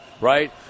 right